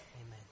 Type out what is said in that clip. Amen